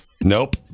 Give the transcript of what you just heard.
Nope